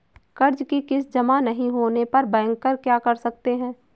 कर्ज कि किश्त जमा नहीं होने पर बैंकर क्या कर सकते हैं?